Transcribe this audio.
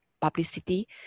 publicity